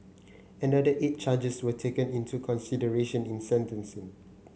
another eight charges were taken into consideration in sentencing